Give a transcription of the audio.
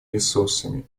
ресурсами